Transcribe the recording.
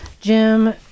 Jim